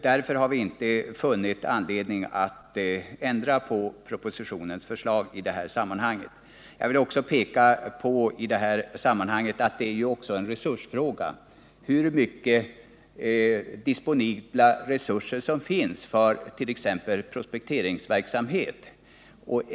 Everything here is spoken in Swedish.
Därför har vi inte funnit anledning att ändra på propositionens förslag. I detta sammanhang vill jag också framhålla att det är en fråga om hur stora de disponibla resurserna är, t.ex. för prospekteringsverksamhet.